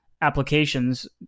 applications